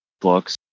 books